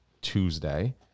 Tuesday